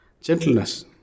gentleness